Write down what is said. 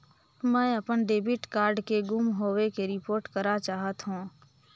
मैं अपन debit card के गुम होवे के रिपोर्ट करा चाहत हों